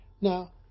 Now